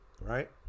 Right